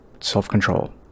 self-control